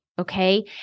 Okay